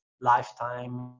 lifetime